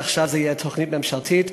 ועכשיו זו תהיה תוכנית ממשלתית,